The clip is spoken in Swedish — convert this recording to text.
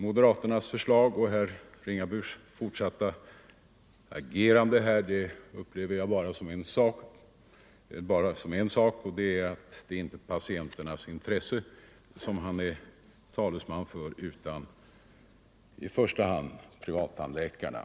Moderaternas förslag och herr Ringabys fortsatta agerande här upplever jag därför bara så, att det inte är patienternas intressen han är talesman för utan i första hand privattandläkarnas.